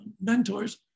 mentors